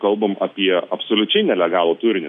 kalbam apie absoliučiai nelegalų turinį